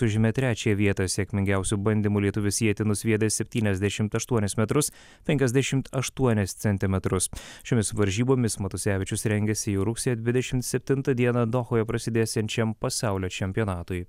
užėmė trečiąją vietą sėkmingiausiu bandymu lietuvis ietį nusviedė septyniasdešimt aštuonis metrus penkiasdešimt aštuonis centimetrus šiomis varžybomis matusevičius rengiasi jau rugsėjo dvidešimt septintąją dieną dohoje prasidėsiančiam pasaulio čempionatui